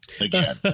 again